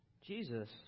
Jesus